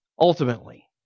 ultimately